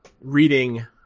reading